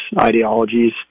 ideologies